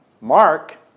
Mark